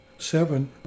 seven